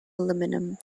aluminium